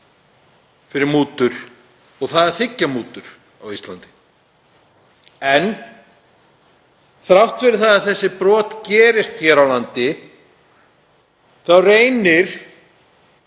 fyrir mútur og það að þiggja mútur á Íslandi. En þrátt fyrir að þessi brot gerist hér á landi reynir